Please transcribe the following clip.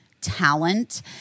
talent